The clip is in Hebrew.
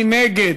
מי נגד?